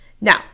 now